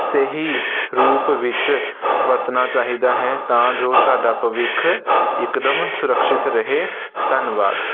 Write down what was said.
ਸਹੀ ਰੂਪ ਵਿੱਚ ਵਰਤਣਾ ਚਾਹੀਦਾ ਹੈ ਤਾਂ ਜੋ ਸਾਡਾ ਭਵਿੱਖ ਇਕਦਮ ਸੁਰਕਸ਼ਿਤ ਰਹੇ ਧੰਨਵਾਦ